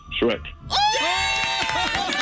Shrek